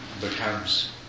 becomes